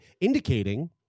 indicating